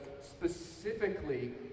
specifically